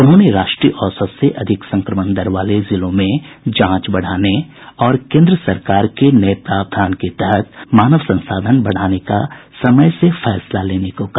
उन्होंने राष्ट्रीय औसत से अधिक संक्रमण दर वाले जिलों में जांच बढ़ाने और केंद्र सरकार के नए प्रावधान के तहत मानव संसाधन बढ़ाने का समय से फैसला लेने को कहा